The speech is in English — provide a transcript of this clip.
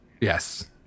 Yes